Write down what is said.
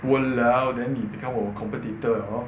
!walao! then you become 我 competitor 了 lor